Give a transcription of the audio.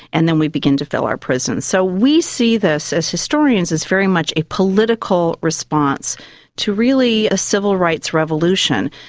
and then we begin to fill our prisons. so we see this, as historians, as very much a political response to really a civil rights revolution.